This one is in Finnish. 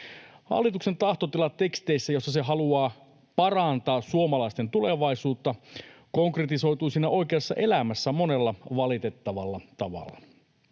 Hallituksen tahtotila teksteissä, joissa se haluaa parantaa suomalaisten tulevaisuutta, konkretisoituu siinä oikeassa elämässä monella valitettavalla tavalla.